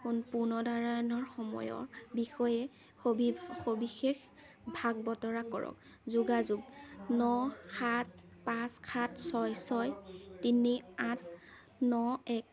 পুনৰধাৰণৰ সময়ৰ বিষয়ে সবিশেষ ভাগ বতৰা কৰক যোগাযোগ ন সাত পাঁচ সাত ছয় ছয় তিনি আঠ ন এক